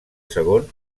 segon